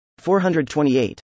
428